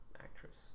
actress